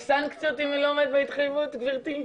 יש סנקציות אם היא לא עומדת בהתחייבות, גברתי?